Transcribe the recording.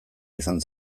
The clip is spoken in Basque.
izan